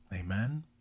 Amen